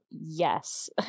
yes